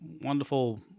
wonderful